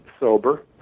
sober